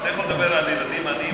אתה יכול לדבר על ילדים עניים,